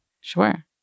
Sure